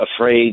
afraid